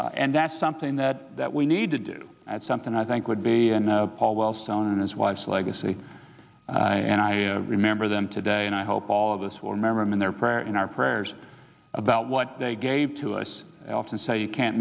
and that's something that that we need to do at something i think would be paul wellstone and his wife's legacy and i remember them today and i hope all of us will remember him in their prayer in our prayers about what they gave to us i often say you can't